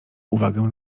uwagę